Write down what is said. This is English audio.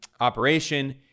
operation